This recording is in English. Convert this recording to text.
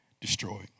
Destroyed